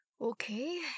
okay